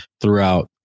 throughout